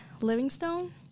livingstone